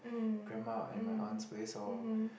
mm mm mmhmm